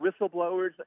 whistleblowers